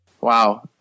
Wow